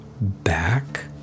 back